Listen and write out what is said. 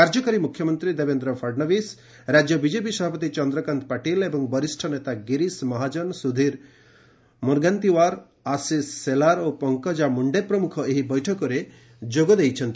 କାର୍ଯ୍ୟକାରୀ ମୁଖ୍ୟମନ୍ତ୍ରୀ ଦେବେନ୍ଦ୍ର ଫଡ଼୍ଶବିସ୍ ରାଜ୍ୟ ବିଜେପି ସଭାପତି ଚନ୍ଦ୍ରକାନ୍ତ ପାଟିଲ୍ ଏବଂ ବରିଷ ନେତା ଗିରୀଶ ମହାଜନ ସୁଧୀର ମୁନ୍ଗାନ୍ତିୱାର୍ ଆଶିଷ ସେଲାର୍ ଓ ପଙ୍କଜା ମ୍ରଣ୍ଣେ ପ୍ରମୁଖ ଏହି ବୈଠକରେ ଯୋଗ ଦେଇଛନ୍ତି